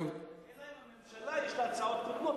אלא אם לממשלה יש הצעות קודמות,